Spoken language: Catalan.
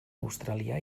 australià